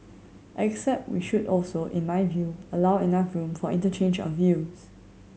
except we should also in my view allow enough room for interchange of views